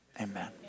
amen